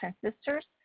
transistors